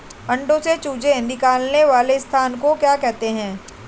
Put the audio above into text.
अंडों से चूजे निकलने वाले स्थान को क्या कहते हैं?